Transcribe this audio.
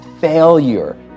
failure